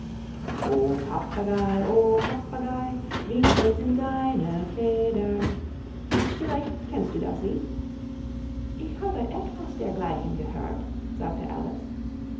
papagei o papagei wie grün sind deine federn vielleicht kennst du das lied ich habe etwas dergleichen gehört sage alice